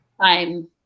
time